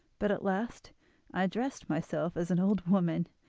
but at last i dressed myself as an old woman,